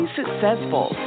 successful